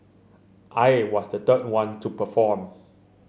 I was the third one to perform